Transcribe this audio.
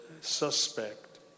suspect